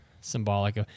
symbolic